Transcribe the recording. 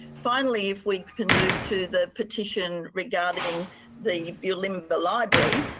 finally, if we can move to the petition regarding the bulimba library.